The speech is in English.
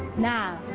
now,